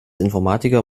informatiker